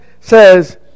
says